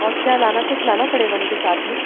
और क्या लाना कुछ लाना पड़ेगा मुझे साथ में